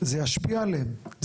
זה ישפיע עליהם,